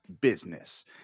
Business